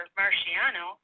marciano